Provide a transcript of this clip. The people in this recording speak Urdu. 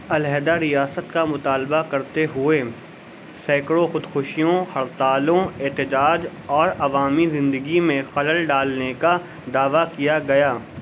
علیحدہ ریاست کا مطالبہ کرتے ہوئے سیکڑوں خودکشیوں ہڑتالوں احتجاج اور عوامی زندگی میں خلل ڈالنے کا دعویٰ کیا گیا